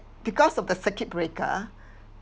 because of the circuit breaker